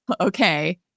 Okay